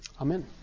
Amen